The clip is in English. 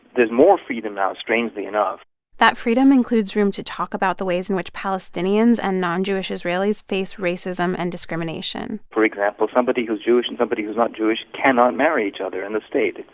there's more freedom now, strangely enough that freedom includes room to talk about the ways in which palestinians and non-jewish israelis face racism and discrimination for example, somebody who's jewish and somebody who's not jewish cannot marry each other in the state.